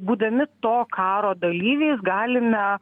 būdami to karo dalyviais galime